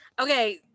Okay